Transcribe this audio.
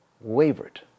wavered